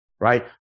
right